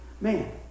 Man